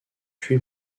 tué